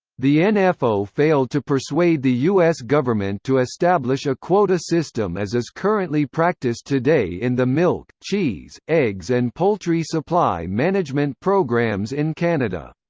the and nfo failed to persuade the u s. government to establish a quota system as is currently practiced today in the milk, cheese, eggs and poultry supply management programs in canada.